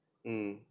mm